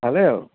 hello